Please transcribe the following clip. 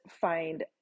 find